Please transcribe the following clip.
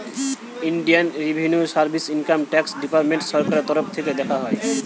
Indian revenue service income tax department সরকারের তরফ থিকে দেখা হয়